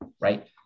right